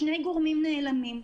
שני גורמים נעלמים: